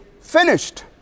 finished